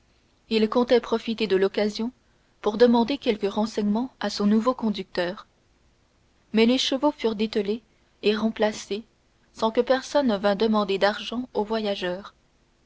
il comptait profiter de l'occasion pour demander quelques renseignements à son nouveau conducteur mais les chevaux furent dételés et remplacés sans que personne vînt demander d'argent au voyageur